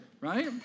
right